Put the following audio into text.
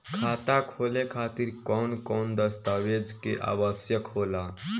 खाता खोले खातिर कौन कौन दस्तावेज के आवश्यक होला?